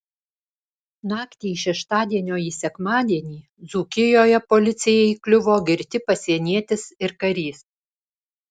naktį iš šeštadienio į sekmadienį dzūkijoje policijai įkliuvo girti pasienietis ir karys